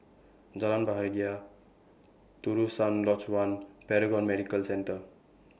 Jalan Bahagia Terusan Lodge one Paragon Medical Centre